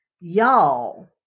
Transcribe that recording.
y'all